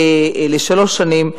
לשלוש שנים.